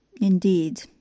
Indeed